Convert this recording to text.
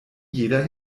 jeder